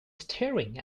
staring